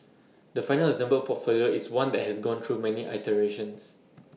the final assembled portfolio is one that has gone through many iterations